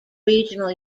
regional